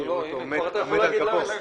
(היו"ר איתן כבל)